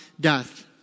death